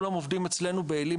שכולם עובדים אצלנו באל"י,